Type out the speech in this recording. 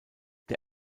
der